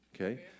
Okay